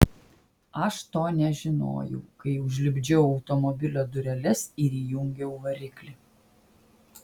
aš to nežinojau kai užlipdžiau automobilio dureles ir įjungiau variklį